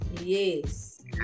Yes